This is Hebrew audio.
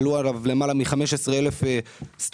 ענו עליו למעלה מ-15,000 סטודנטים.